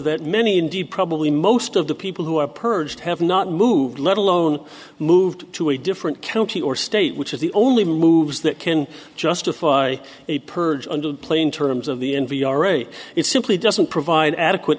that many indeed probably most of the people who are purged have not moved let alone moved to a different county or state which is the only moves that can justify a purge under the plain terms of the n v already it simply doesn't provide adequate